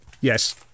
Yes